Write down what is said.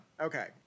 Okay